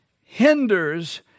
hinders